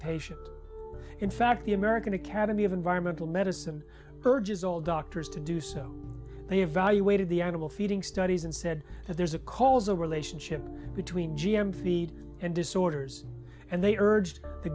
patient in fact the american academy of environmental medicine urges all doctors to do so they evaluated the animal feeding studies and said that there's a causal relationship between g m feed and disorders and they urged the